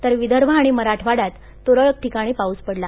तर विदर्भ आणि माराठवाङ्यात तरळक ठिकाणी पाऊस पडला